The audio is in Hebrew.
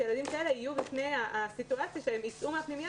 יהיו בפני הסיטואציה שהם יצאו מן הפנימייה